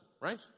right